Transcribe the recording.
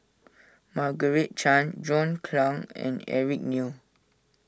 Margaret Chan John Clang and Eric Neo